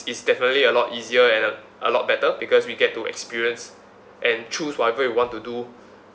is definitely a lot easier and a a lot better because we get to experience and choose whatever we want to do